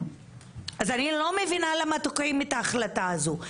אז אני לא מבינה למה תוקעים את ההחלטה הזו.